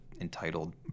entitled